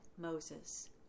Moses